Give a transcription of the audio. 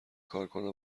کارکنان